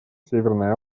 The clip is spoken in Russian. северной